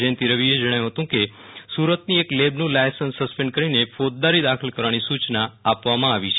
જયંતી રવિએ જણાવ્યુ હતુ કે સુ રતની એક લેબનું લાયસન્સ સસ્પેન્ડ કરીને ફોજદારી દાખલ કરવાની સુ ચના આપવામાં આવી છે